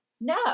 no